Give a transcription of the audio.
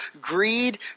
greed